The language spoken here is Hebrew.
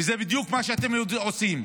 וזה בדיוק מה שאתם עושים,